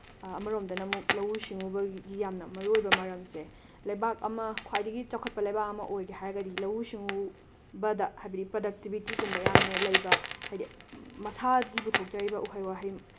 ꯑꯃꯔꯣꯝꯗꯅ ꯑꯃꯨꯛ ꯂꯧꯎ ꯁꯤꯡꯎꯕꯒꯤ ꯌꯥꯝꯅ ꯃꯔꯨꯑꯣꯏꯕ ꯃꯔꯝꯁꯦ ꯂꯩꯕꯥꯛ ꯑꯃ ꯈ꯭ꯋꯥꯏꯗꯒꯤ ꯆꯥꯎꯈꯠꯄ ꯂꯩꯕꯥꯛ ꯑꯃ ꯑꯣꯏꯒꯦ ꯍꯥꯏꯔꯒꯗꯤ ꯂꯧꯎ ꯁꯤꯡꯎꯕꯗ ꯍꯥꯏꯕꯗꯤ ꯄ꯭ꯔꯗꯛꯇꯤꯕꯤꯇꯤꯒꯨꯝꯕ ꯌꯥꯝꯅ ꯂꯩꯕ ꯍꯥꯏꯗꯤ ꯃꯁꯥꯒꯤ ꯄꯨꯊꯣꯛꯆꯔꯤꯕ ꯎꯍꯩ ꯋꯥꯍꯩ